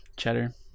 cheddar